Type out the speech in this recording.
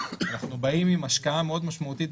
אנחנו באים עם השקעה משמעותית מאוד,